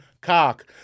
cock